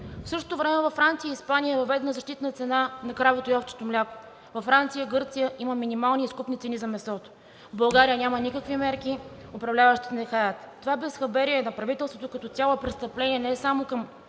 В същото време във Франция и Испания е въведена защитна цена на кравето и овчето мляко. Във Франция, Гърция има минимални изкупни цени за месото. В България няма никакви мерки, управляващите нехаят. Това безхаберие на правителството като цяло е престъпление не само към